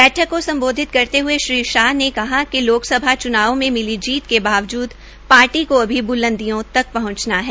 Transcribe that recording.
बैठक को सम्बोधित करते हये श्री शाह ने कहा कि लोकसभा च्नाव से मिली जीत के बावजूद पार्टी को अभी ब्लदियों तक पहुंचाना है